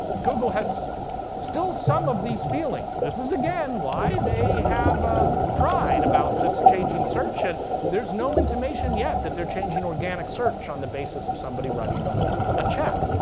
google has still some of these feelings. this is, again, why they have ah pride about just changing search, and there's no intimation yet that they're changing organic search on the basis of somebody writing them a check.